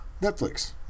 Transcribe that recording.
Netflix